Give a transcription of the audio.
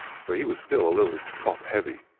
for he was still a little top-heavy.